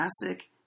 Classic